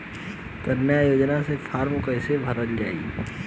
कन्या योजना के फारम् कैसे भरल जाई?